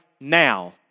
now